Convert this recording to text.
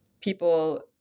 people